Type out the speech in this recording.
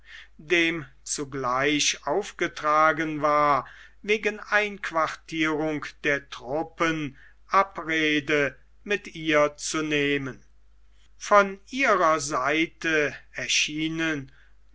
dem zugleich aufgetragen war wegen einquartierung der truppen abrede mit ihr zu nehmen von ihrer seite erschienen